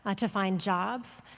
ah to find jobs,